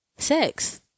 Sex